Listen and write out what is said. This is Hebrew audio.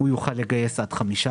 הוא יוכל לגייס עד 15,